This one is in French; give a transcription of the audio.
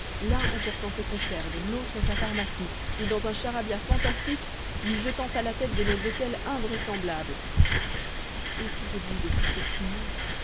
bagages l'un emportant ses conserves l'autre sa pharmacie et dans un charabia fantastique lui jetant à la tête des noms d'hôtel invraisemblables étourdi de tout ce tumulte